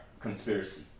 conspiracy